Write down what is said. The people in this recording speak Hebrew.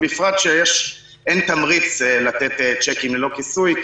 בפרט שאין תמריץ לתת צ'קים ללא כיסוי,